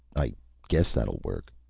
i guess that will work.